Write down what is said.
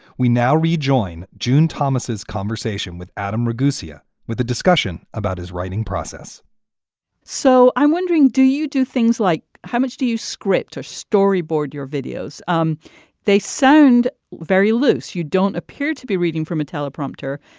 we now rejoin june thomas's conversation with adam ragusa with a discussion about his writing process so i'm wondering, do you do things like how much do you script or storyboard your videos? um they sound very loose. you don't appear to be reading from a teleprompter,